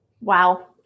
Wow